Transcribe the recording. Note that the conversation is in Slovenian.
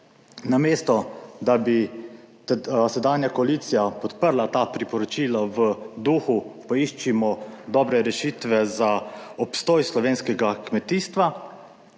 Namesto, da bi sedanja koalicija podprla ta priporočila v duhu, poiščimo dobre rešitve za obstoj slovenskega kmetijstva,